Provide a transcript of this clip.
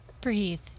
Breathe